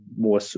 more